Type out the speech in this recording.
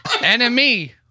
Enemy